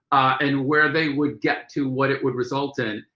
and where they would get to, what it would result in.